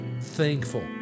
thankful